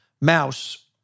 Mouse